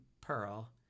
Pearl